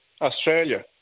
Australia